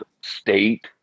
state